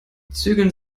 zügeln